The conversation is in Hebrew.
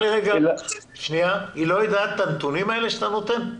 היא לא יודעת את הנתונים האלה שאתה נותן?